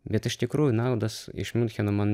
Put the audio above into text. bet iš tikrųjų naudos iš miuncheno man